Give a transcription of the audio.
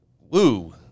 Woo